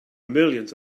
millions